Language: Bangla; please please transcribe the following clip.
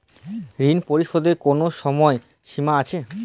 ঋণ পরিশোধের কোনো সময় সীমা আছে?